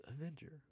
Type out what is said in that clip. Avenger